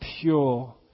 pure